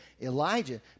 Elijah